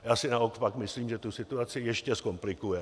Já si naopak myslím, že tu situaci ještě zkomplikuje.